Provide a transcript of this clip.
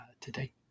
today